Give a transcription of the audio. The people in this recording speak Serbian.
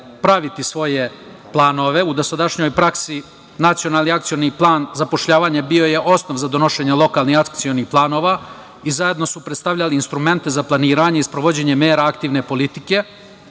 praviti svoje planove. U dosadašnjoj praksi Nacionalni akcioni plan zapošljavanja bio je osnov za donošenje lokalnih akcionih planova i zajedno su predstavljali instrumente za planiranje i sprovođenje mera aktivne politike,